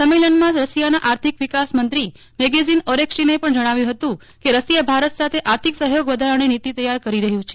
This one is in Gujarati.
સંમેલનમાં રશીયાના આર્થિક વિકાસ મંત્રી મેગેઝીન ઓરેસીકનએ જણાવ્યુ હતું કે રશિયા ભારત સાથે આર્થિક સહયોગ વધારવાની નીતિ તૈયાર કરી રહ્યું છે